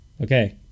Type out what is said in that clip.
Okay